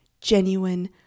genuine